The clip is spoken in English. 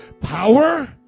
Power